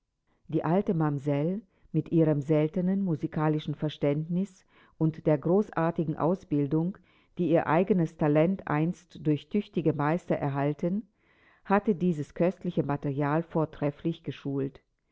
die alte mamsell mit ihrem seltenen musikalischen verständnis und der großartigen ausbildung die ihr eigenes talent einst durch tüchtige meister erhalten hatte dieses köstliche material vortrefflich geschult